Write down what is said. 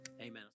amen